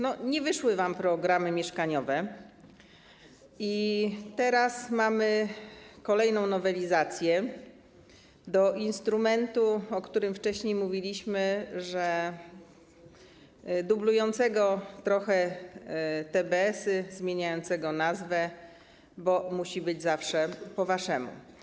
No nie wyszły wam programy mieszkaniowe i mamy kolejną nowelizację do instrumentu, o którym mówiliśmy, dublującego trochę TBS-y, zmieniającego nazwę, bo musi być zawsze po waszemu.